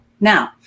now